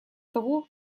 того